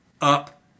up